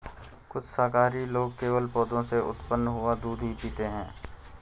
कुछ शाकाहारी लोग केवल पौधों से उत्पन्न हुआ दूध ही पीते हैं